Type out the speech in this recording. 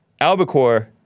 Albacore